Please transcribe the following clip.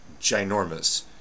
ginormous